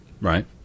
Right